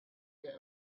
get